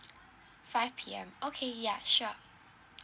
five P_M okay ya sure